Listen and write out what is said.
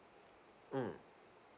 mm